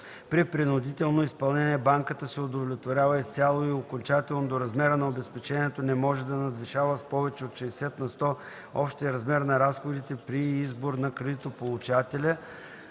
при принудително изпълнение банката се удовлетворява изцяло и окончателно до размера на обезпечението, не може да надвишава с повече от 60 на сто общия размер на разходите при избор на кредитополучателя